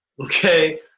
okay